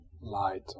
light